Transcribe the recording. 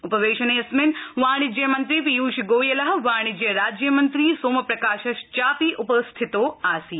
उपवेशनेऽस्मिन् वाणिज्य मंत्री पीयूष गोयलः वाणिज्य राज्यमंत्री सोमप्रकाशश्चापि उपस्थितो आसीत्